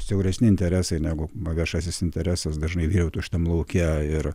siauresni interesai negu viešasis interesas dažnai vyrautų šitam lauke ir